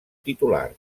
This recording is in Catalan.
titular